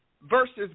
versus